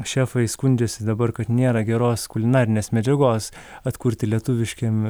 šefai skundžiasi dabar kad nėra geros kulinarinės medžiagos atkurti lietuviškiem